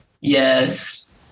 Yes